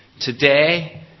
Today